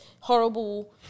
horrible